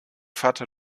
vater